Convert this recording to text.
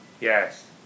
Yes